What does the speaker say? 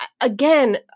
again